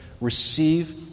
Receive